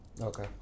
Okay